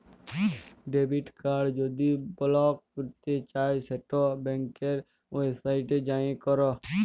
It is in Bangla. ডেবিট কাড় যদি বলক ক্যরতে চাই সেট ব্যাংকের ওয়েবসাইটে যাঁয়ে ক্যর